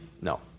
No